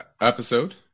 episode